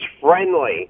friendly